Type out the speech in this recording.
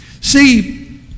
See